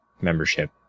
membership